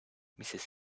mrs